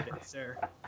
sir